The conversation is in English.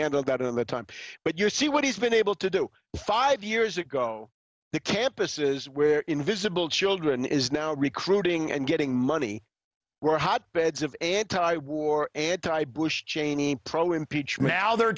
handle that in the time but you see what he's been able to do five years ago the campuses where invisible children is now recruiting and getting money were hotbeds of anti war anti bush cheney pro impeachment now they're